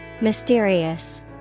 Mysterious